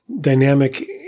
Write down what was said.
dynamic